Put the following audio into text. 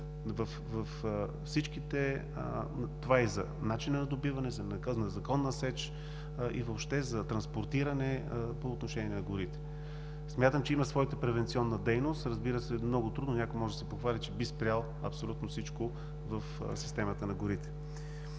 проверки за начина на добиване, за незаконна сеч, за транспортиране, по отношение на горите. Смятам, че има своята превенционна дейност. Разбира се, много трудно някой може да се похвали, че би спрял абсолютно всичко в системата на горите.